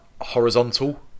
horizontal